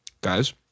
Guys